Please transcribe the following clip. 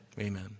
Amen